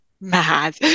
mad